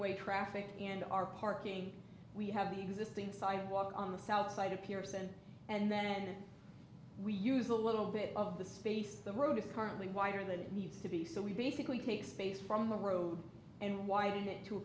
way traffic and our parking we have the existing sidewalk on the south side of pearson and then we use a little bit of the space the road is currently wider than needs to be so we basically take space from the road and widen it to a